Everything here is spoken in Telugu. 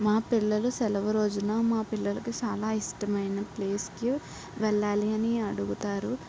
మా పిల్లలు సెలవు రోజున మా పిల్లలకి చాలా ఇష్టమైన ప్లేస్కి వెళ్ళాలి అని అడుగుతారు